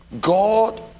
God